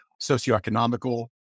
socioeconomical